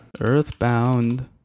earthbound